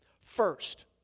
First